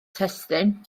testun